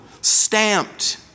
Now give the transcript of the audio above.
stamped